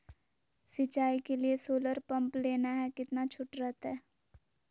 सिंचाई के लिए सोलर पंप लेना है कितना छुट रहतैय?